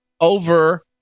over